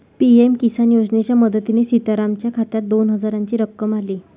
PM Kisan योजनेच्या मदतीने सीताराम यांच्या खात्यात दोन हजारांची रक्कम आली